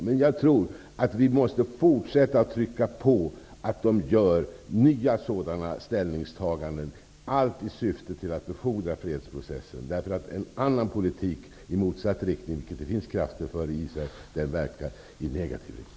Men jag tror att vi måste fortsätta med våra påtryckningar för att den israeliska regeringen skall göra nya sådana ställningstaganden, allt i syfte att befordra fredsprocessen. En annan politik i motsatt riktning -- vilket det finns krafter för i Israel -- verkar i negativ riktning.